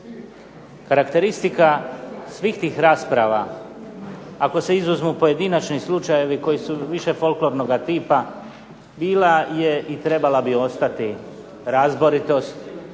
Karakteristika svih tih rasprava, ako se izuzmu pojedinačni slučajevi koji su više folklornoga tipa bila je i trebala bi ostati razboritost